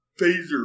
phaser